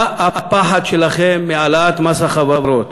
מה הפחד שלכם מהעלאת מס החברות?